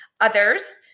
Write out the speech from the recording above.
others